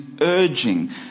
urging